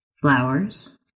Flowers